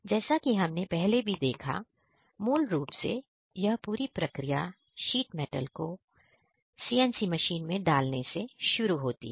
जैसा कि हमने पहले भी देखा मूल रूप से यह पूरी प्रक्रिया शीट मेटल को CNC मशीन में डालने से शुरू होती है